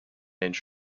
inch